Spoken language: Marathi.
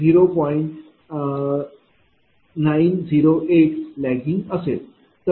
908 असेल